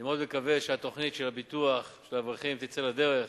אני מאוד מקווה שהתוכנית של ביטוח האברכים תצא לדרך.